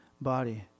body